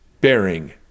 bearing